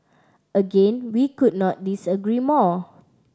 again we could not disagree more